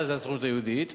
מה זה הסוכנות היהודית?